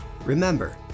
Remember